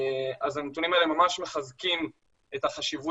אז הנתונים האלה ממש מחזקים את החשיבות